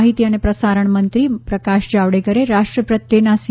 માહિતી અને પ્રસારણ મંત્રી પ્રકાશ જાવડેકરે રાષ્ટ્રપ્રત્યેના સી